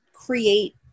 create